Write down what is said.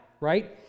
right